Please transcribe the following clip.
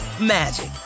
magic